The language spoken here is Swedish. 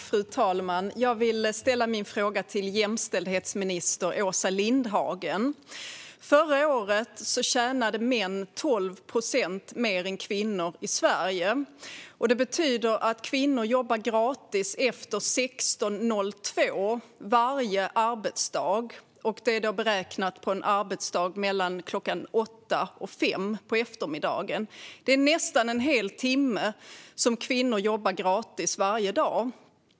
Fru talman! Jag vill ställa min fråga till jämställdhetsminister Åsa Lindhagen. Förra året tjänade män 12 procent mer än kvinnor i Sverige. Det betyder att kvinnor jobbar gratis efter kl. 16.02 varje arbetsdag. Det är då beräknat på en arbetsdag mellan klockan 8 på morgonen och klockan 5 på eftermiddagen. Det är nästan en hel timme som kvinnor jobbar gratis varje dag.